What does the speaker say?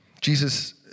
Jesus